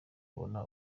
ubona